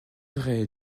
vrai